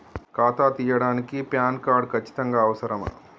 ఖాతా తీయడానికి PAN card ఖచ్చితంగా అవసరమా?